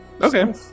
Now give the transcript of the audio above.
Okay